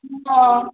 उ हँ